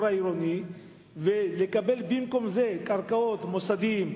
העירוני ולקבל במקום זה קרקעות מוסדיים,